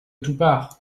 toupart